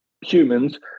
humans